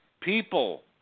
people